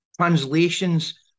translations